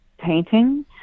painting